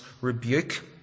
rebuke